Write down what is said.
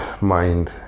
mind